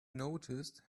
noticed